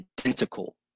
identical